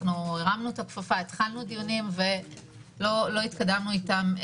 הרמנו את הכפפה, התחלנו דיונים, ולא התקדמנו איתם.